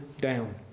down